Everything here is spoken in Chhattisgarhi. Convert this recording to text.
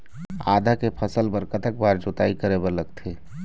आदा के फसल बर कतक बार जोताई करे बर लगथे?